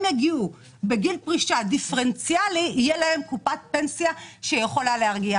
יגיעו לגיל פרישה דיפרנציאלי תהיה להם קופת פנסיה שיכולה להרגיע.